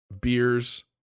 beers